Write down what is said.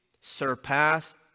surpass